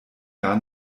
gar